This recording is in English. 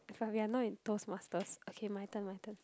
if ya we're now in toast masters okay my turn my turn